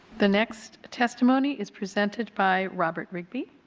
the next testimony is presented by robert rigby.